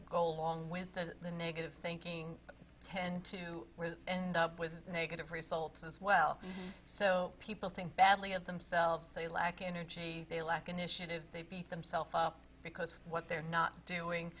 goal long with the negative thinking tend to end up with negative results as well so people think badly of themselves they lack energy they lack initiative they beat themselves up because of what they're not doing